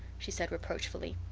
she said reproachfully.